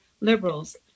liberals